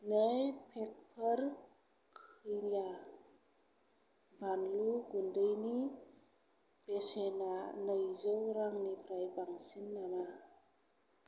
नै पेकफोर कैया बानलु गुन्दैनि बेसेना नैजौ रांनिफ्राय बांसिन नामा